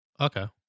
Okay